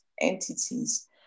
entities